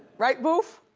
right, boof?